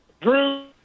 Drew